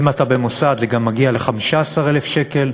אם אתה במוסד זה גם מגיע ל-15,000 שקל.